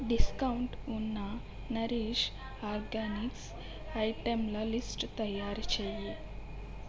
discount ఉన్న Nourish Organics ఐటెంల list తయారుచేయి